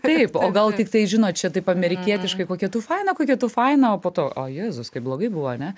taip o gal tiktai žinot čia taip amerikietiškai kokia tu faina kokia tu faina o po to o jėzus kaip blogai buvo ane